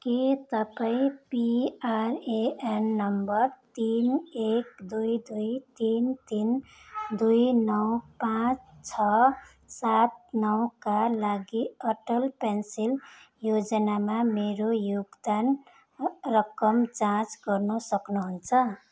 के तपाईँ PRAN number तिन एक दुई दुई तिन तिन दुई नौ पाँच छ सात नौका लागि अटल पेन्सेन योजनामा मेरो योगदान रकम जाँच गर्नु सक्नुहुन्छ